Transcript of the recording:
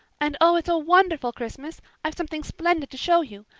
and oh, it's a wonderful christmas. i've something splendid to show you.